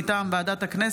מטעם ועדת הכנסת,